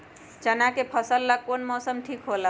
चाना के फसल ला कौन मौसम ठीक होला?